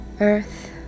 Earth